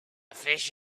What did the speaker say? fish